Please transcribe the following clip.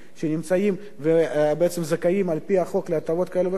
שנמצאים וזכאים על-פי החוק להטבות כאלה ואחרות,